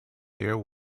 there